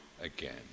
again